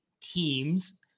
teams